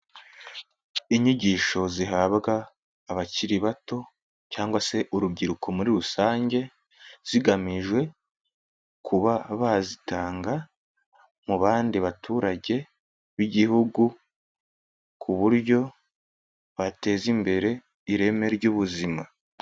Inyigisho zihabwa abakiri bato cyangwa se urubyiruko muri rusange, zigamije kuba bazitanga mu bandi baturage b'igihugu ku buryo bateza imbere ireme ry'ubuzima.